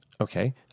Okay